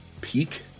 peak